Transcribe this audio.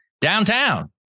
downtown